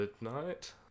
midnight